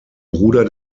bruder